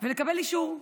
ולקבל אישור.